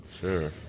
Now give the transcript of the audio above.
sure